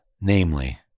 Namely